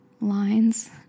lines